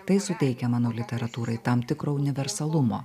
tai suteikia mano literatūrai tam tikro universalumo